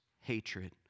hatred